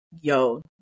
Yo